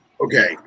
okay